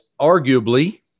arguably